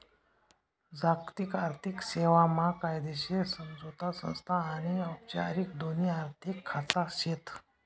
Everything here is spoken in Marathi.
जागतिक आर्थिक सेवा मा कायदेशीर समझोता संस्था आनी औपचारिक दोन्ही आर्थिक खाचा शेत